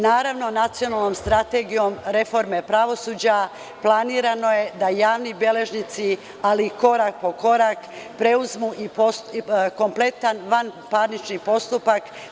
Naravno, Nacionalnom strategijom reforme pravosuđa planirano je da javni beležnici, ali korak po korak, preuzmu kompletan vanparnični postupak.